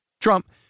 Trump